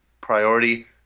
priority